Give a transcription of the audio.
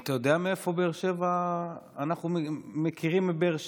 אתה יודע מאיפה אנחנו מכירים את באר שבע,